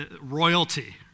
royalty